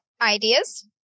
ideas